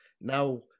Now